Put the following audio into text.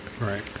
right